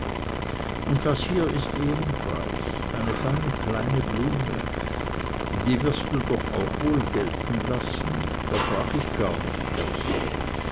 und das hier ist ehrenpreis eine feine kleine blume die wirst du doch auch wohl gelten lassen da frag ich gar nicht erst